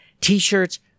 t-shirts